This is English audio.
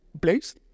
place